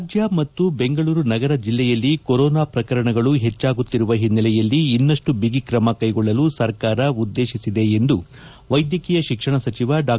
ರಾಜ್ಯ ಮತ್ತು ಬೆಂಗಳೂರು ನಗರ ಜಲ್ಲೆಯಲ್ಲಿ ಕೊರೋನಾ ಹೊಸ ಪ್ರಕರಣಗಳು ಪೆಚ್ಚಾಗುತ್ತಿರುವ ಹಿನ್ನೆಲೆಯಲ್ಲಿ ಇನ್ನಷ್ಟು ಬಗಿಕ್ರಮ ಕೈಗೊಳ್ಳಲು ಸರ್ಕಾರ ಉದ್ದೇಶಿಸಿದೆ ಎಂದು ವೈದ್ಯಕೀಯ ಶಿಕ್ಷಣ ಸಚಿವ ಡಾ